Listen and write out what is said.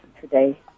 today